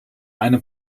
eine